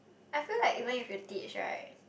I feel like even if you teach right